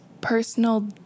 personal